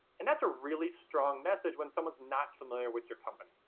and that's a really strong message when someone's not familiar with your company.